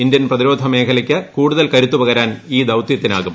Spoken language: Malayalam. ഇന്ത്യൻ പ്രതിരോധ മേഖലയ്ക്ക് കൂടുതൽ കരുത്ത് പകരാൻ ഈ ദൌത്യത്തിനാകും